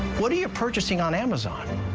what are you you purchasing on amazon?